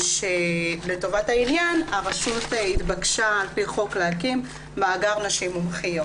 שלטובת העניין הרשות התבקשה על פי חוק להקים מאגר נשים מומחיות.